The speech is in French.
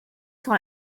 sur